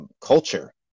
culture